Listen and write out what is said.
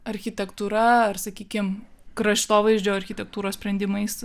architektūra ar sakykim kraštovaizdžio architektūros sprendimais